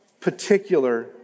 particular